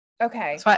Okay